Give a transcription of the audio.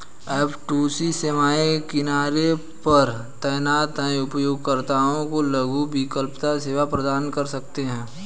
F two C सेवाएं किनारे पर तैनात हैं, उपयोगकर्ताओं को लघु विलंबता सेवा प्रदान कर सकते हैं